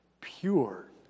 pure